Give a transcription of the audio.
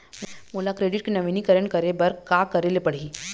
मोला क्रेडिट के नवीनीकरण करे बर का करे ले पड़ही?